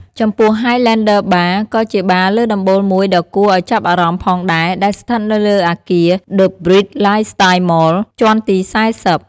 ចំពោះ ហាយឡែនឌឺ បារ (Highlander Bar) ក៏ជាបារលើដំបូលមួយដ៏គួរឱ្យចាប់អារម្មណ៍ផងដែរ ដែលស្ថិតនៅលើអគារ ដឹ ប៊្រីដ ឡាយស្តាយ៍ ម៉ល (The Bridge Lifestyle Mall) ជាន់ទី ៤០។